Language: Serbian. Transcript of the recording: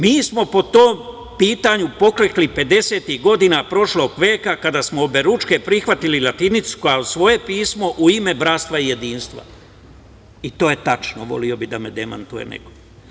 Mi smo po tom pitanju poklekli pedesetih godina prošlog veka kada smo oberučke prihvatili latinicu kao svoje pismo u ime bratstva i jedinstva, i to je tačno, voleo bih da me demantuje neko.